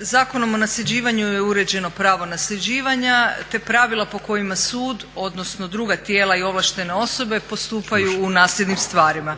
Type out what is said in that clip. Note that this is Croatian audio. Zakonom o nasljeđivanju je uređeno pravo nasljeđivanja te pravila po kojima sud odnosno druga tijela i ovlaštene osobe postupaju u nasljednim stvarima.